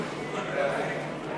נתקבל.